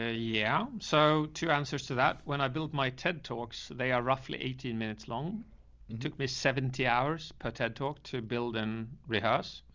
ah yeah, so two answers to that. when i build my ted talks, they are roughly eighteen minutes long. it took me seventy hours per ted talk to build and rehearse.